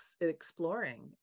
exploring